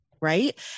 Right